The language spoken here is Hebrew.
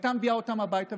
והייתה מביאה אותם הביתה.